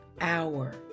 hour